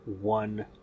one